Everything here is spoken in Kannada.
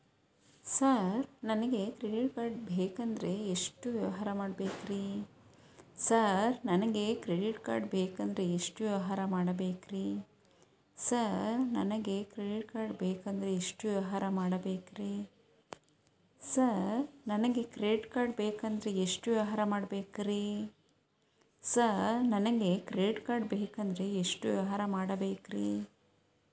ಸರ್ ನನಗೆ ಕ್ರೆಡಿಟ್ ಕಾರ್ಡ್ ಬೇಕಂದ್ರೆ ಎಷ್ಟು ವ್ಯವಹಾರ ಮಾಡಬೇಕ್ರಿ?